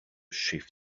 shift